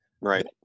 Right